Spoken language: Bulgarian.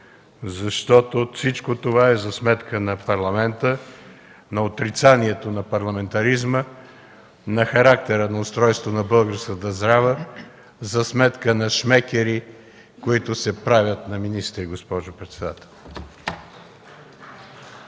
защото всичко това е за сметка на парламента, на отрицанието на парламентаризма, на характера на устройството на българската държава за сметка на шмекери, които се правят на министри, госпожо председател.